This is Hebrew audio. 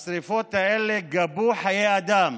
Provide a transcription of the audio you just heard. השרפות האלה גבו חיי אדם.